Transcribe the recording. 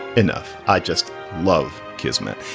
enough, i just love kismet,